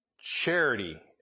Charity